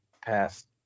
past